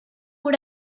போன